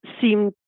seem